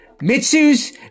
Mitsu's